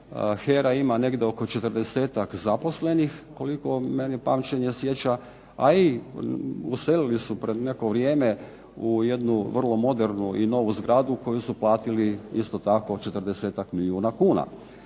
HERA ima negdje 40-tak zaposlenih koliko mene pamćenje sjeća a i uselili su pred neko vrijeme u jednu vrlo modernu zgradu koju su platili 40-tak milijuna kuna.